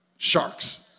Sharks